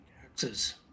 taxes